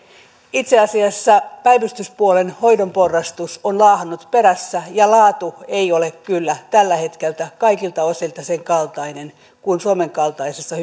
itse asiassa päivystyspuolen hoidon porrastus on laahannut perässä ja laatu ei ole kyllä tällä hetkellä kaikilta osilta sen kaltainen kuin suomen kaltaisessa